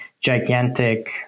gigantic